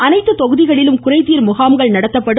அனைத்து தொகுதிகளிலும் குறைதீர்முகாம்கள் நடத்தப்படும்